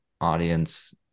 audience